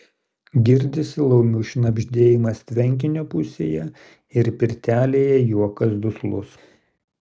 girdisi laumių šnabždėjimas tvenkinio pusėje ir pirtelėje juokas duslus